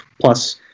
plus